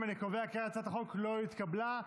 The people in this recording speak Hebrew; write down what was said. התשפ"ב 2021, לא נתקבלה.